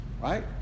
right